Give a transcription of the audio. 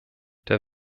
der